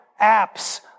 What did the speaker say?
apps